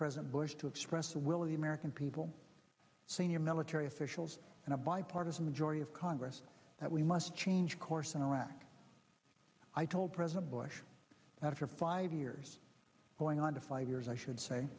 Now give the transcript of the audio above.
president bush to express the will of the merican people senior military officials and a bipartisan majority of congress that we must change course in iraq i told president bush after five years going on to five years i should say